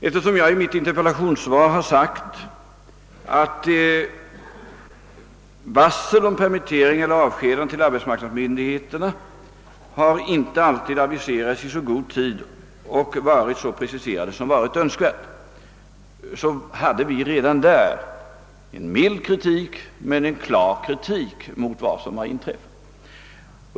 Eftersom jag i mitt interpellationssvar har sagt att varsel om permitteringar eller avskedanden inte alltid kommit in till arbetsmarknadsmyndigheterna i så god tid och varit så preciserade som det hade varit önskvärt, så ligger ju redan däri en mild men klar kritik mot vad som inträffat.